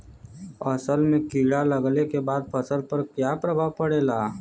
असल में कीड़ा लगने के बाद फसल पर क्या प्रभाव पड़ेगा?